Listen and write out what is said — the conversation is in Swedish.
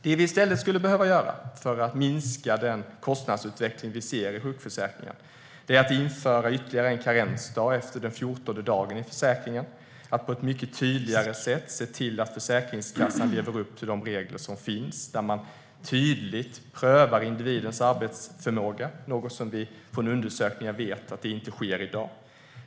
Det vi i stället skulle behöva göra för att minska den kostnadsutveckling vi ser i sjukförsäkringen är att införa ytterligare en karensdag efter den 14:e dagen i sjukförsäkringen och att på ett mycket tydligare sätt se till att Försäkringskassan lever upp till de regler som finns och tydligt prövar individens arbetsförmåga, något som vi från undersökningar vet inte sker i dag.